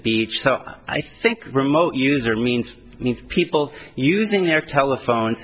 beach so i think remote user means people using their telephone